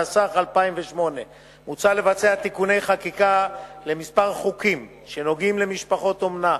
התשס"ח 2008. מוצע לתקן תיקוני חקיקה לכמה חוקים שקשורים למשפחות אומנה: